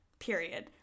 period